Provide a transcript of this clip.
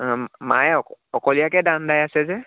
অঁ মায়ে অকলীয়াকৈ ধান দাই আছে যে